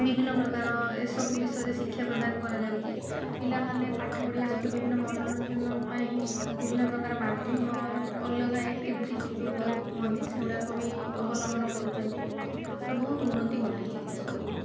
ବିଭିନ୍ନ ପ୍ରକାରର ଏ ସବୁ ବିଷୟରେ ଶିକ୍ଷା ପ୍ରଦାନ କରାଯାଉଛି ପିଲାମାନେ ପାଠ ପଢ଼ିବା ସହିତ ବିଭିନ୍ନ ମନୋରଞ୍ଜନ ପାଇଁ ବିଭିନ୍ନ ପ୍ରକାର ମାଧ୍ୟମ ଅଲଗା ଆକ୍ଟିଭିଟିଜ ଯେଉଁ ଗୁଡ଼ାକୁ କୁହନ୍ତି ସେଗୁଡ଼ାକ ବି ଅବଲମ୍ୱନ କରୁଛନ୍ତି ତ ବହୁତ ଉନ୍ନତି ଘଟିଛି ଏ ସବୁ ପାଇଁ